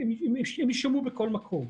הם יישמעו בכל מקום,